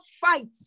fight